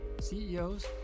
CEOs